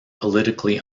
politically